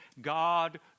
God